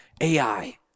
AI